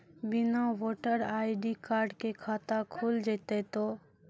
बिना voter ID card के खाता खुल जैते तो?